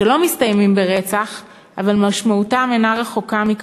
שלא מסתיימים ברצח אבל משמעותם אינה רחוקה מכך: